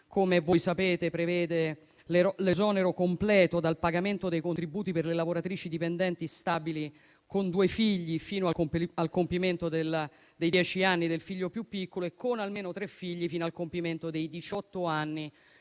come sapete, si prevede l'esonero completo dal pagamento dei contributi per le lavoratrici dipendenti stabili con due figli fino al compimento dei dieci anni del figlio più piccolo e con almeno tre figli, fino al compimento dei